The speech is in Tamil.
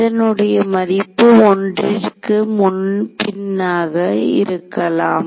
இதனுடைய மதிப்பு ஒன்றிற்கு முன்பின்னாக இருக்கலாம்